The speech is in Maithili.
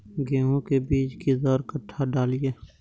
गेंहू के बीज कि दर कट्ठा डालिए?